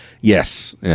yes